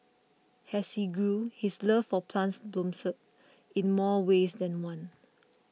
has he grew his love for plants blossomed in more ways than one